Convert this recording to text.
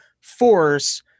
force